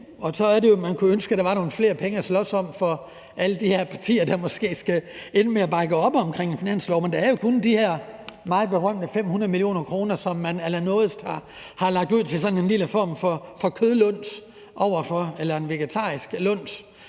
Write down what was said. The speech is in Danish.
Så er det jo, man kunne ønske, at der var nogle flere penge at slås om for alle de partier, der måske vil ende med at bakke op omkring en finanslov. Men der er jo kun de her meget berømte 500 mio. kr., som man allernådigst har lagt ud som sådan en lille form for kødluns – eller som en vegetarisk luns